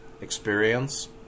experience